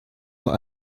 vor